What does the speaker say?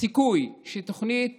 סיכוי שתוכנית